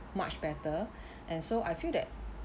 much better and so I feel that